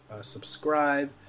subscribe